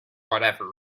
whatever